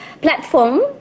platform